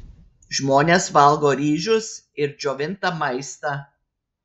žmonės valgo ryžius ir džiovintą maistą